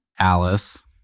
Alice